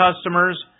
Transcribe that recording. customers